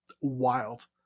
wild